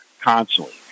constantly